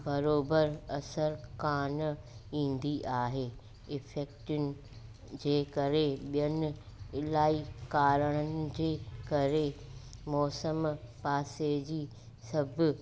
बराबरि असरु कान ईंदी आहे इफ़ेक्टनि जे करे ॿियनि इलाही कारणनि जे करे मौसम पासे जी सभु